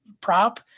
prop